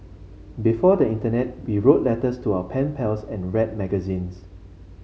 before the internet we wrote letters to our pen pals and read magazines